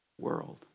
world